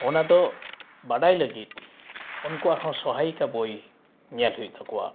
ᱚᱱᱟᱫᱚ ᱵᱟᱰᱟᱭ ᱞᱟᱹᱜᱤᱫ ᱩᱱᱠᱚᱣᱟᱜ ᱦᱚᱸ ᱥᱚᱦᱟᱭᱤᱠᱟ ᱵᱳᱭ ᱧᱮᱞ ᱦᱩᱭᱩᱜ ᱛᱟᱠᱚᱣᱟ